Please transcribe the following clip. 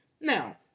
Now